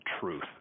truth